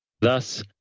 Thus